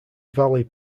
valley